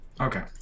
Okay